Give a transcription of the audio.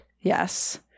yes